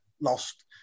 lost